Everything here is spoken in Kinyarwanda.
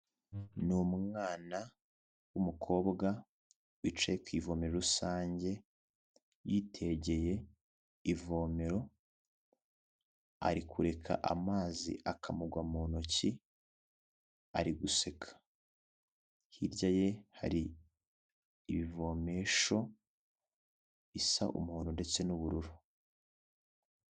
Ni umwana w'umukobwa, wicaye ku ivomero rusange, yitegeye ivomero, ari kureka amazi akamugwa mu ntoki, ari guseka. Hirya ye, hari ibivomesho bisa umuhondo ndetse n'ubururu.